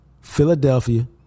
Philadelphia